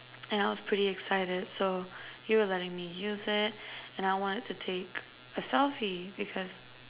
and I was pretty excited so you were letting me use it and I wanted to take a selfie because